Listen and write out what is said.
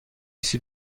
سیب